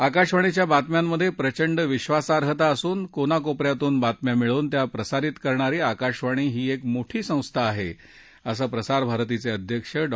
आकाशवाणीच्या बातम्यांमधे प्रचंड विद्वासार्हता असून कानाकोप यातनं बातम्या मिळवून त्या प्रसारित करणारी आकाशवाणी ही एक मोठी संस्था आहे असं प्रसार भारतीचे अध्यक्ष डॉ